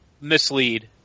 mislead